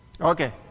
Okay